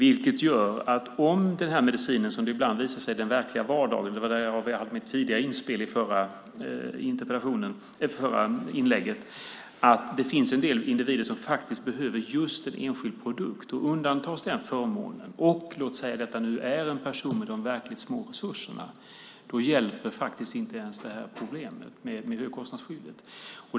Ibland visar det sig i den verkliga vardagen - där hade jag mitt inspel i det förra inlägget - att det finns en del individer som behöver just en enskild produkt. Undantas den från förmånen och det är en person med verkligt små resurser hjälper inte högkostnadsskyddet.